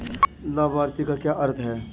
लाभार्थी का क्या अर्थ है?